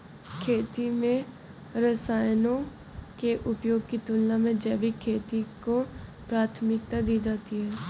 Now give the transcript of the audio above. खेती में रसायनों के उपयोग की तुलना में जैविक खेती को प्राथमिकता दी जाती है